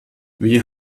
wie